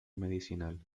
medicinal